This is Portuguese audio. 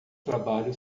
trabalho